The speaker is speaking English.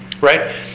Right